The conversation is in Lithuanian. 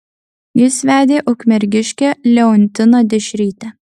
jis vedė ukmergiškę leontiną dešrytę